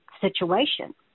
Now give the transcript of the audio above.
situation